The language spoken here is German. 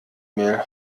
mail